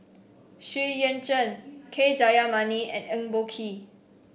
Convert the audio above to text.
Xu Yuan Zhen K Jayamani and Eng Boh Kee